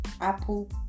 Apple